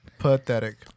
pathetic